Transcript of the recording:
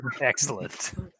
Excellent